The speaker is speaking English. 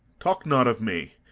talk not of me,